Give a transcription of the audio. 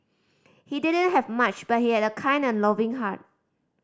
he didn't have much but he had a kind and loving heart